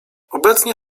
obecnie